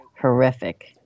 Horrific